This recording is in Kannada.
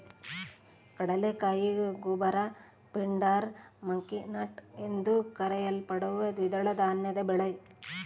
ಕಡಲೆಕಾಯಿ ಗೂಬರ್ ಪಿಂಡಾರ್ ಮಂಕಿ ನಟ್ ಎಂದೂ ಕರೆಯಲ್ಪಡುವ ದ್ವಿದಳ ಧಾನ್ಯದ ಬೆಳೆ